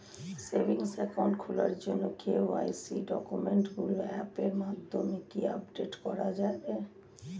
Savings account খোলার জন্য KYC ডকুমেন্টগুলো অ্যাপের মাধ্যমে কি আপডেট করা যাবে?